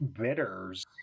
bitters